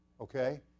Okay